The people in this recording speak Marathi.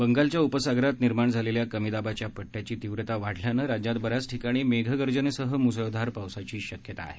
बंगालच्या उपसागरात निर्माण झालेल्या कमी दाबाच्या पट्ट्याची तीव्रता वाढल्यानं राज्यात बऱ्याच ठिकाणी मेघगर्जनेसह मुसळधार पावसाची शक्यता आहे